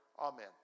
Amen